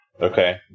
okay